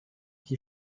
qui